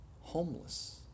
homeless